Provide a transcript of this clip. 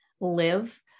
live